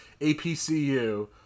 APCU